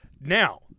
Now